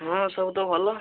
ହଁ ସବୁ ତ ଭଲ